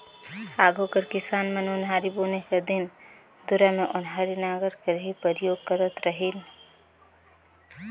आघु कर किसान मन ओन्हारी बुने कर दिन दुरा मे ओन्हारी नांगर कर ही परियोग करत खित रहिन